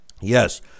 Yes